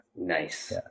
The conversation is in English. nice